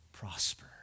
prosper